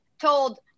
told